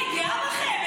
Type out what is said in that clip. אני גאה בכם.